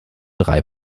drei